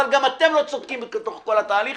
אבל גם אתם לא צודקים בתוך כל התהליך.